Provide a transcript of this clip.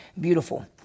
beautiful